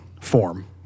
form